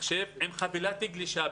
מחשב עם חבילת גלישה.